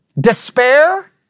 Despair